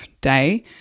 day